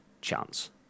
chance